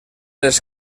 les